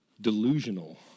delusional